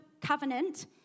covenant